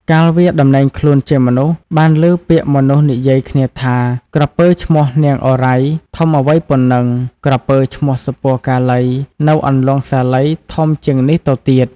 កាលវាតំណែងខ្លួនជាមនុស្ស បានឮពាក្យមនុស្សនិយាយគ្នាថា " ក្រពើឈ្មោះ នាងឱរ៉ៃ ធំអ្វីប៉ុណ្ណឹង ក្រពើឈ្មោះ សុពណ៌កាឡី នៅអន្លង់ សាលី ធំជាងនេះទៅទៀត " ។